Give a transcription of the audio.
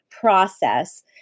process